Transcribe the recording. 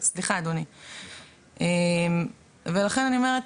ולכן אני אומרת,